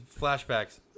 Flashbacks